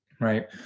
Right